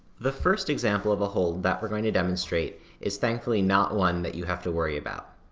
the first example of a hold that we're going to demonstrate is thankfully not one that you have to worry about.